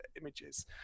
images